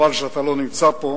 חבל שאתה לא נמצא פה,